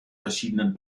verschiedenen